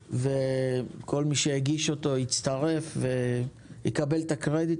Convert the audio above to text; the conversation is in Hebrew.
וכל מי שיגיש אותה יצטרף ויקבל את הקרדיט.